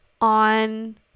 on